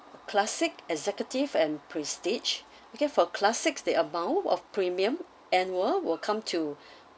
classic executive and prestige okay for classics that amount of premium annual will come to